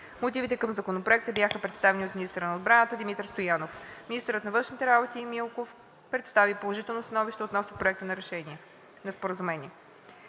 Мотивите към Законопроекта бяха представени от министъра на отбраната Димитър Стоянов. Министърът на външните работи Николай Милков представи положително становище относно Проекта на споразумение.